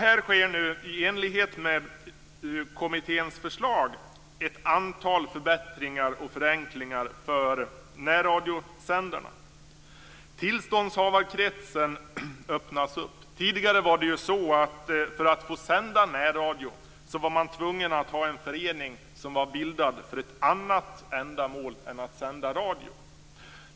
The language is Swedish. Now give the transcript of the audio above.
Här sker nu i enlighet med kommitténs förslag ett antal förbättringar och förenklingar för närradiosändarna. Tillståndshavarkretsen utökas. För att få sända närradio var man tidigare tvungen att ha en förening som var bildad för ett annat ändamål än att sända radio.